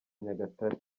nyagatare